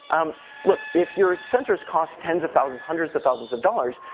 um look, if your sensors costs tens of thousands, hundreds of thousands of dollars,